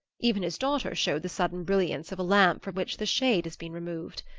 even his daughter showed the sudden brilliance of a lamp from which the shade has been removed.